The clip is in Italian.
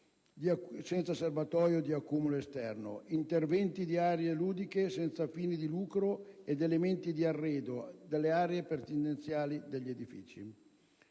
senza serbatoio di accumulo esterno, interventi in aree ludiche senza fini di lucro ed elementi di arredo delle aree pertinenziali degli edifici.